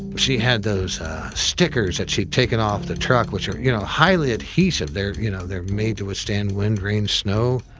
she had those stickers that she'd taken off the truck, which are you know highly adhesive. they're, you know, they're made to withstand wind, rain, snow.